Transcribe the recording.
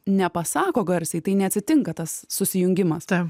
nepasako garsiai tai neatsitinka tas susijungimas